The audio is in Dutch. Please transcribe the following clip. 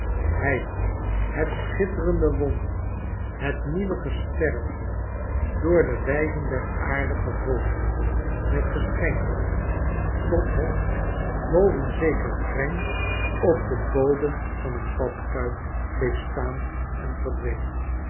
hij het schitterende wonder het nieuwe gesternte door de wijzen der aarde gevolgd met geschenken tot het boven zeker kreng op den bodem van een badkuip bleef staan en verdween